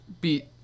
beat